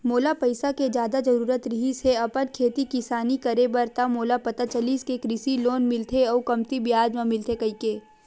मोला पइसा के जादा जरुरत रिहिस हे अपन खेती किसानी करे बर त मोला पता चलिस कि कृषि लोन मिलथे अउ कमती बियाज म मिलथे कहिके